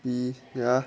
ya